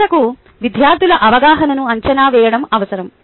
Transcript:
చివరకు విద్యార్థుల అవగాహనను అంచనా వేయడం అవసరం